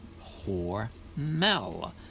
Hormel